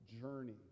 journey